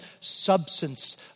substance